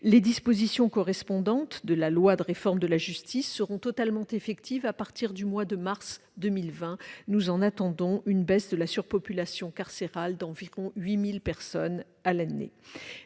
Les dispositions correspondantes de la loi de réforme de la justice seront totalement effectives à partir du mois de mars 2020. Nous en attendons une baisse de la population carcérale d'environ 8 000 personnes à l'année.